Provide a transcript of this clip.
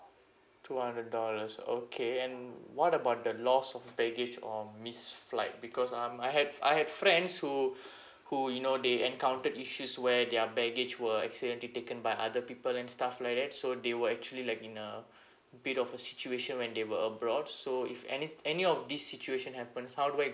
two hundred dollars okay and what about the loss of baggage or missed flight because um I have I have friends who who you know they encountered issues where their baggage were accidentally taken by other people and stuff like that so they were actually like in a bit of a situation when they were abroad so if anyt~ any of this situation happens how do I